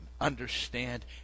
understand